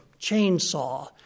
chainsaw